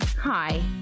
Hi